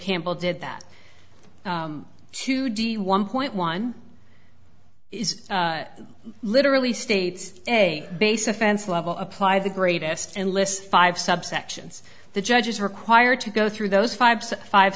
campbell did that two d one point one is literally states a base offense level apply the greatest and list five subsections the judge is required to go through those five five